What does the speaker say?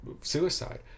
Suicide